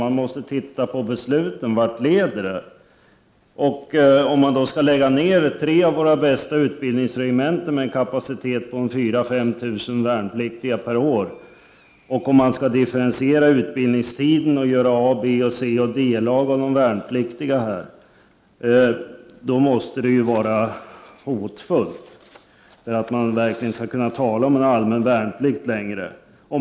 Man måste titta på vart besluten leder. Om man lägger ner tre av våra bästa utbildningsregementen med en kapacitet på 4000 åa 5000 värnpliktiga per år och om man differentierar utbildningstiden och gör A-, B-, C och D-lag av de värnpliktiga, är det gåtfullt att man längre skulle kunna tala om en allmän värnplikt.